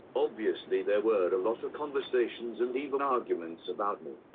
obviously there were a lot of conversations and even arguments about me.